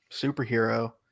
superhero